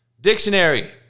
Dictionary